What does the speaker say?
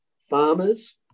farmers